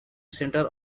centers